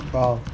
!wow!